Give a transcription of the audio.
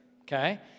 Okay